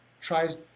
tries